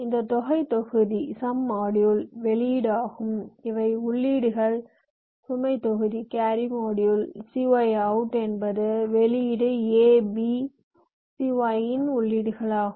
இந்த தொகை தொகுதி வெளியீடு ஆகும் இவை உள்ளீடுகள் சுமை தொகுதி cy out என்பது வெளியீடு a b cy in உள்ளீடுகளாகும்